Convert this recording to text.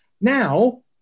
Now